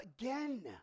again